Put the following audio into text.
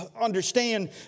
understand